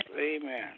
Amen